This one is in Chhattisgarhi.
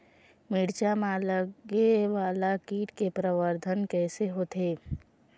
मिरचा मा लगे वाला कीट के प्रबंधन कइसे होथे?